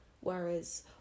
Whereas